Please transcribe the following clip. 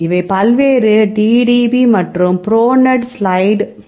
இவை பல்வேறு DDB மற்றும் pro net slide P GDB